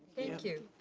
thank you.